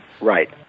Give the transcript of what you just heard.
right